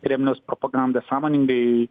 kremliaus propaganda sąmoningai